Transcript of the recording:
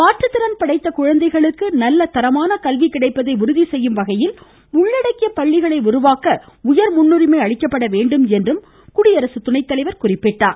மாற்றுத்திறன் படைத்த குழந்தைளுக்கு நல்ல தரமான கல்வி கிடைப்பதை உறுதிசெய்யும் வகையில் உள்ளடக்கிய பள்ளிகளை உருவாக்க உயர் முன்னுரிமை அளிக்கப்பட வேண்டும் என்றும் அவர் குறிப்பிட்டார்